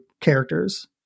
characters